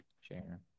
share